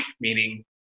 meaning